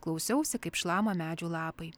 klausiausi kaip šlama medžių lapai